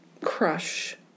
crush